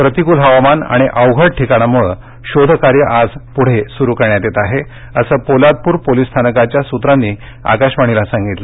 प्रतिकृल हवामान आणि अवघड ठिकाणामुळं शोधकार्य आज पुढे सुरु करण्यात येत आहे असं पोलादपूर पोलिस स्थानकाच्या सूत्रांनी आकाशवाणीला सांगितलं